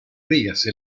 ríase